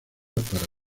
para